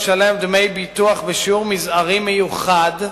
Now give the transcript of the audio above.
סטודנט משלם כיום דמי ביטוח בשיעור מזערי מיוחד,